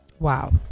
Wow